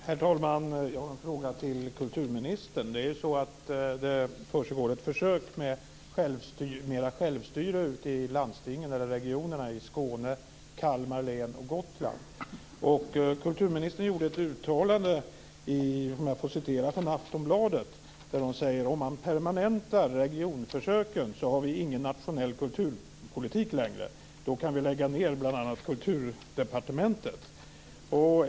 Herr talman! Jag har en fråga till kulturministern. Det pågår ett försök med mera självstyre ute i regionerna i Skåne, Kalmar län och Gotland. Kulturministern gjorde ett uttalande i Aftonbladet där hon sade: Om man permanentar regionförsöken har vi ingen nationell kulturpolitik längre. Då kan vi lägga ned bl.a. Kulturdepartementet.